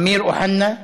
אמיר אוחנה,